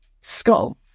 skull